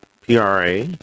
PRA